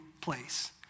place